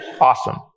Awesome